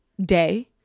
day